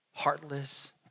Heartless